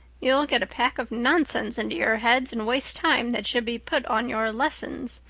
you'll get a pack of nonsense into your heads and waste time that should be put on your lessons.